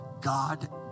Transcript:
God